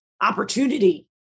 opportunity